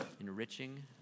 enriching